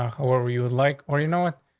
ah, where were you like, or you know what?